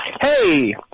Hey